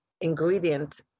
ingredient